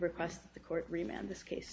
request the court remember this case